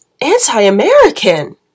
anti-american